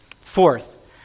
Fourth